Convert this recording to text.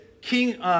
King